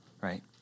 right